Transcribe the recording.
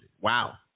Wow